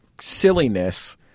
silliness